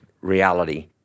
reality